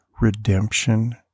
redemption